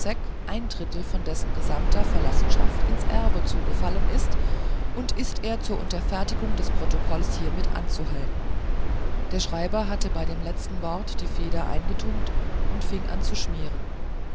von dessen gesamter verlassenschaft ins erbe zugefallen ist und ist er zur unterfertigung des protokolles hiermit anzuhalten der schreiber hatte bei dem letzten wort die feder eingetunkt und fing an zu schmieren